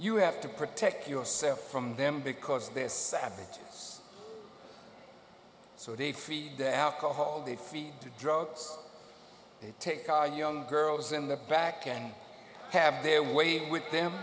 you have to protect yourself from them because this savage so they feed the alcohol they feed to drugs they take young girls in the back and have their way with them